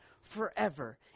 forever